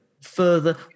further